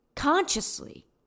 Consciously